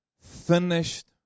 finished